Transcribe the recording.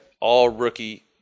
all-rookie